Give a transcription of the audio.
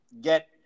Get